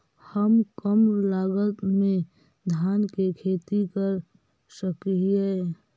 हम कम लागत में धान के खेती कर सकहिय?